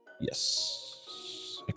Yes